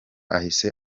ahise